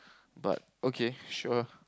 but okay sure